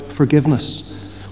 forgiveness